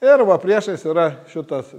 ir va priešais yra šitas